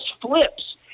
flips